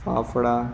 fafda